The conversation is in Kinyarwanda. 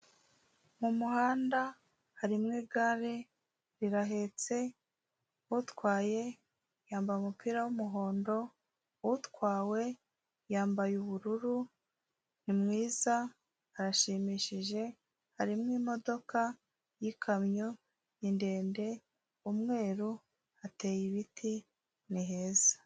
Mu muhanda harimo igare rirahetse, utwaye yambaye umupira w'umuhondo, utwawe yambaye ubururu ni mwiza arashimishije, harimo imodoka y'ikamyo ni ndende ku mwaro hateye ibiti ni heza.